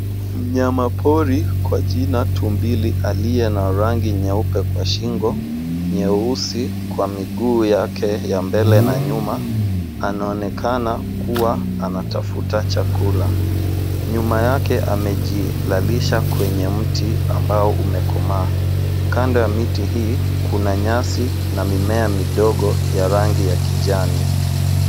Mnyama pori kwa jina tumbili, aliye rangi nyeupe kwenye kwa shingo na nyeusi kwa miguu yake ya mbele na nyuma, anaonekana kuwa anatafuta chakula. Nyuma yake, amejilalisha kwenye mti ambao umekomaa. Kando ya miti hii, kuna nyasi na mimea midogo ya rangi ya kijani.